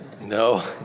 No